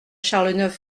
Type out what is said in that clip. charles